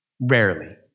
Rarely